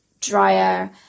dryer